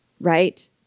right